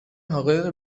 حقایق